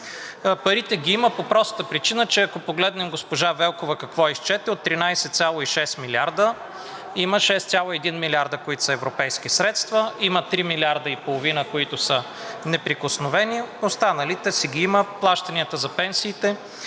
Парите ги има по простата причина, че ако погледнем госпожа Велкова какво изчете – от 13,6 милиарда има 6,1 милиарда, които са европейски средства, има 3,5 милиарда, които са неприкосновени, останалите си ги има. Плащанията за пенсиите